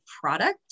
product